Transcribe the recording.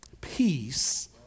Peace